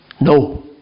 No